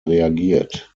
reagiert